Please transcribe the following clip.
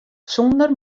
sûnder